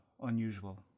unusual